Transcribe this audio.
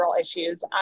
issues